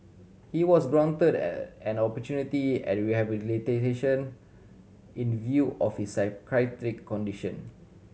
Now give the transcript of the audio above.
he was granted an an opportunity at rehabilitation in view of his psychiatric condition